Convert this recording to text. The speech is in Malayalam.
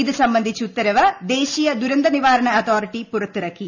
ഇത് സംബന്ധിച്ച് ഉത്തരവ് ദേശീയ ദുരന്തൂ നിവാരണ അതോറിറ്റി പുറത്തിറക്കി